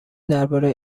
درباره